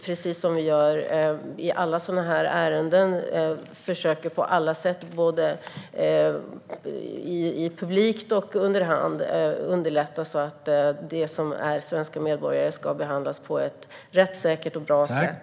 Precis som vi gör i alla sådana här ärenden försöker vi på alla sätt både publikt och under hand underlätta så att svenska medborgare ska behandlas på ett rättssäkert och bra sätt.